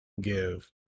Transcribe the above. give